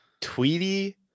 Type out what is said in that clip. Tweety